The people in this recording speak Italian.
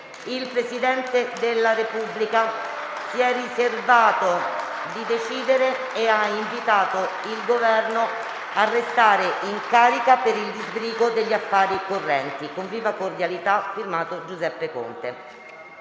Il Presidente della Repubblica si è riservato di decidere e ha invitato il Governo a restare in carica per il disbrigo degli affari correnti. Con viva cordialità, *F.to* Giuseppe Conte».